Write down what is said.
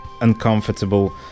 uncomfortable